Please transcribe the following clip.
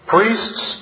Priests